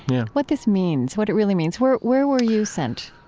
yeah what this means, what it really means, where where were you sent?